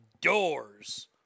doors